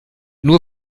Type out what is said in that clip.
nur